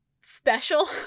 special